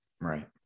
Right